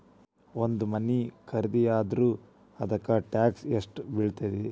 ಒಂದ್ ಮನಿ ಖರಿದಿಯಾದ್ರ ಅದಕ್ಕ ಟ್ಯಾಕ್ಸ್ ಯೆಷ್ಟ್ ಬಿಳ್ತೆತಿ?